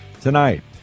Tonight